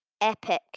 epic